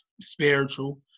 spiritual